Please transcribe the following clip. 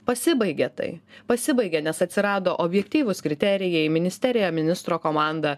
pasibaigia tai pasibaigia nes atsirado objektyvūs kriterijai ministerija ministro komanda